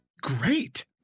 great